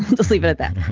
just leave it at that.